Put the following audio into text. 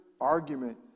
argument